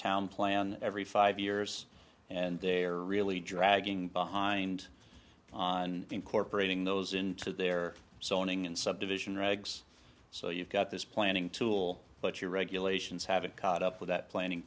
town plan every five years and they're really dragging behind on incorporating those into their sewing and subdivision regs so you've got this planning tool but you're regulations haven't caught up with that planning